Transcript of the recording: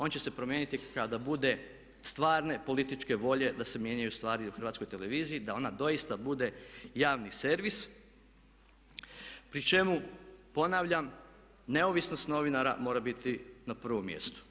On će se promijeniti kada bude stvarne političke volje da se mijenjaju stvari na HRT-u, da ona doista bude javni servis pri čemu ponavljam neovisnost novinara mora biti na prvom mjestu.